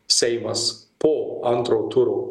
seimas po antro turo